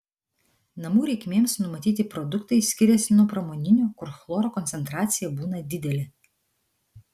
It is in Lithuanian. namų reikmėms numatyti produktai skiriasi nuo pramoninių kur chloro koncentracija būna didelė